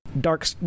dark